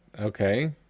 Okay